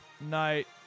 night